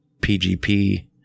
PGP